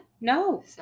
No